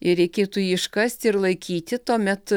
ir reikėtų jį iškasti ir laikyti tuomet